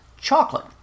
chocolate